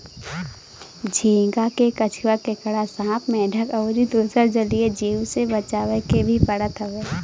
झींगा के कछुआ, केकड़ा, सांप, मेंढक अउरी दुसर जलीय जीव से बचावे के भी पड़त हवे